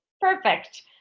Perfect